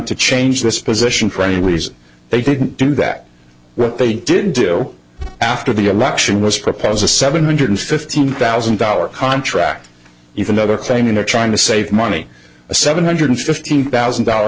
to change this position for any reason they didn't do that what they did do after the election was propose a seven hundred fifteen thousand dollars contract even though they're claiming they're trying to save money a seven hundred fifty thousand dollar